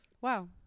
wow